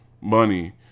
money